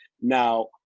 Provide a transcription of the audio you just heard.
Now